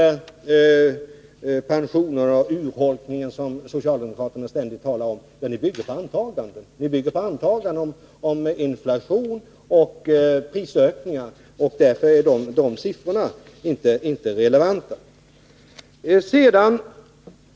Urholkningen av pensionerna, som socialdemokraterna ständigt talar om, bygger på antagandet om inflation och prisökningar, och därför är de siffrorna inte relevanta.